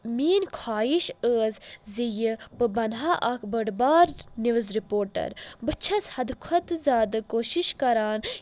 میٛأنۍ خواہِش أس زِ یہِ بہٕ بنہٕ اکھ بٔڑ بار نِوٕز رِپوٹر بہٕ چھس حدٕ کھۄتہٕ زیٛادٕ کوٗشِش کران